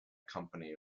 company